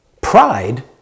Pride